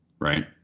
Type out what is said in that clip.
right